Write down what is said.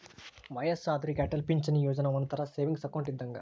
ವಯ್ಯಸ್ಸಾದೋರಿಗೆ ಅಟಲ್ ಪಿಂಚಣಿ ಯೋಜನಾ ಒಂಥರಾ ಸೇವಿಂಗ್ಸ್ ಅಕೌಂಟ್ ಇದ್ದಂಗ